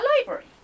library